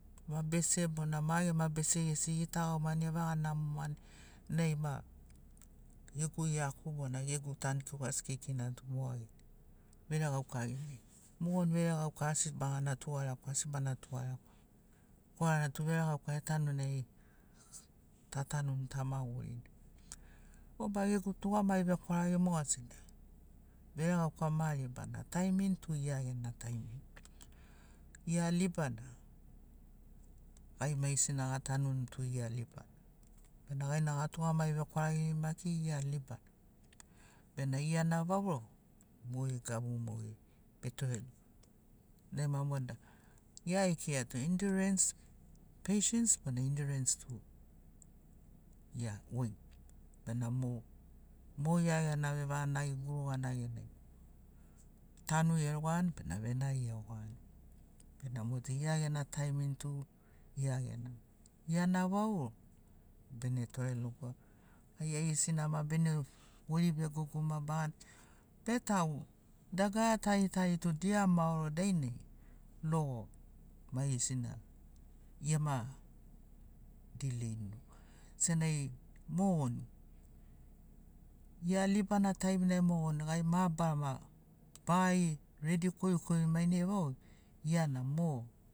Ma bese bona ma gema bese gesi egitagaumani evaga namomani nai ma gegu iaku bona gegu tankiu asi kekeina tu moga veregauka genai mogon veregauka asi bagana tugalekwaia asi bana tugalekwa korana tu veregauka etanuni nai ta tanun ta magurin. Oba gegu tugamagi vekwaragi moga sena veregauka ma ribana taimin tu ia gena taimin ia libana gai maigesina ga tanun tu ia libana bena gai na ga tugamagi vekwaragirin maki ia libana bena ia na vauro mogeri gabu mogeri be torerin nai ma. ia ikirato indurens peishens bona indurens tu ia goi benamo mo gia gena vevaganagi gurugana genai tanu egoran bena venari egoran bena motu gia gena taimin tu gia gena. Gia na vau bene tore logoa ai aigesina ma bene gori vegogoma baga betagu dagara taritari tu dia maoro dainai logo maigesina gema dilein senagi mogon ia libana taiminai mogon gai mabarama baga redi korikorini vai gia na mo